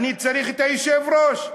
צריך את היושב-ראש.